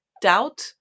doubt